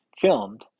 filmed